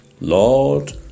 Lord